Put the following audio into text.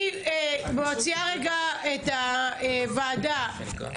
אני מוציאה רגע את הוועדה להפסקה.